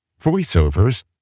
voiceovers